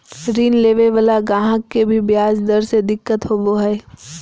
ऋण लेवे वाला गाहक के भी ब्याज दर से दिक्कत होवो हय